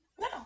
No